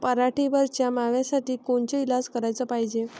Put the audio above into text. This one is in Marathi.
पराटीवरच्या माव्यासाठी कोनचे इलाज कराच पायजे?